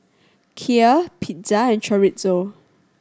Kheer Pizza and Chorizo